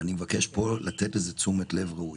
אני מבקש לתת לזה פה תשומת לב ראויה.